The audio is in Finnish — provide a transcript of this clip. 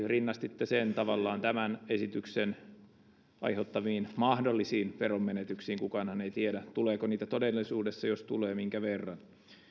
rinnastitte sen tavallaan tämän esityksen aiheuttamiin mahdollisiin veronmenetyksiin kukaanhan ei tiedä tuleeko niitä todellisuudessa ja jos tulee niin minkä verran